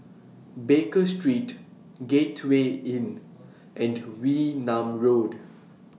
Baker Street Gateway Inn and Wee Nam Road